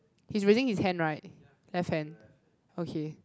he's raising his hand right left hand okay